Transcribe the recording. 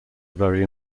very